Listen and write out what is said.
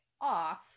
off